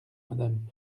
madame